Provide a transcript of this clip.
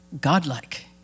godlike